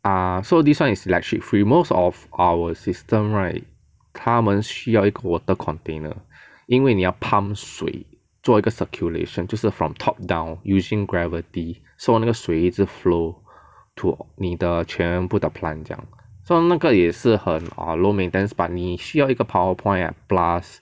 err so this [one] is electric free most of our system right 它们需要一个 water container 因为你要 pump 水做一个 circulation 就是 from top down using gravity so 那个水一直 flow to 你的全部的 plant so 那个也是很 low maintenance but 你需要一个 power point and plus